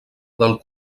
del